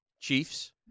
Chiefs